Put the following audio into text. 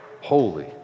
holy